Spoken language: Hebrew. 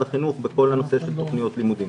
החינוך בכל הנושא של תוכניות לימודים.